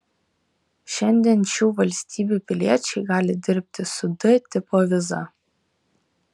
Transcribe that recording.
šiandien šių valstybių piliečiai gali dirbti su d tipo viza